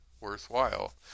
worthwhile